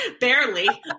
barely